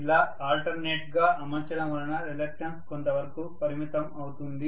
ఇలా ఆల్టర్నేట్ గా అమర్చడం వలన రిలక్టన్స్ కొంత వరకు పరిమితం అవుతుంది